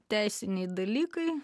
teisiniai dalykai